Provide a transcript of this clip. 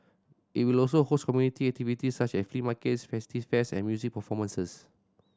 it will also host community activity such as flea markets festive fairs and music performances